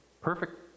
perfect